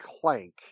Clank